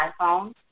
iPhone